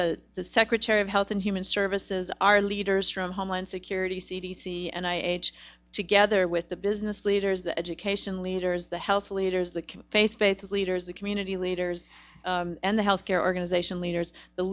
the the secretary of health and human services our leaders from homeland security c d c and i age together with the business leaders education leaders the health leaders the faith faith leaders the community leaders and the health care organization leaders the